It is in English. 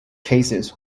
cases